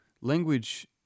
Language